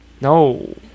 No